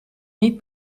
niet